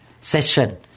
session